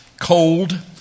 cold